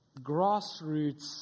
grassroots